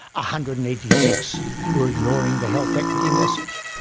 ah hundred and eighty six were ignoring the health equity message.